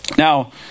Now